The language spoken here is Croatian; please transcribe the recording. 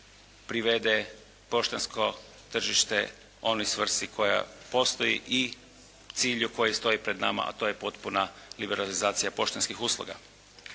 privede poštansko tržište onoj svrsi koja postoji i cilju koji stoji pred nama a to je potpuna liberalizacija poštanskih usluga.